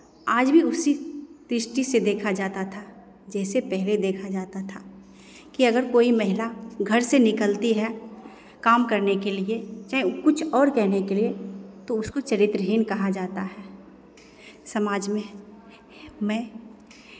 आज भी उसी दृष्टि से देखा जाता था जैसे पहले देखा जाता था कि अगर कोई महिला घर से निकलती है काम करने के लिए चाहे कुछ और कहने के लिए तो उसको चरित्रहीन कहा जाता है समाज में मैं